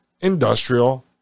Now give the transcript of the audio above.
industrial